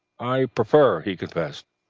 i prefer, he confessed,